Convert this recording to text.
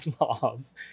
laws